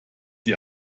die